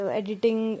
editing